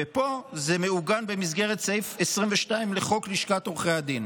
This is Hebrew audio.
ופה זה מעוגן במסגרת סעיף 22 לחוק לשכת עורכי הדין.